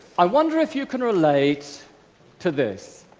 i wonder if you can relate to this.